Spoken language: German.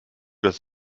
dass